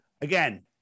again